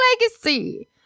legacy